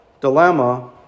dilemma